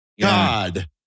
God